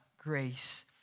grace